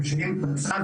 שמשנים את המצב,